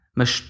mas